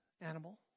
animal